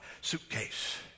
suitcase